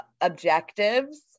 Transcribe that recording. objectives